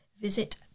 visit